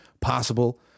Possible